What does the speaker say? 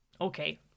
Okay